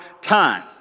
time